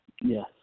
Yes